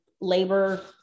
labor